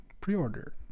Pre-order